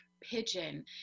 pigeon